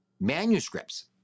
manuscripts